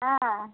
हँ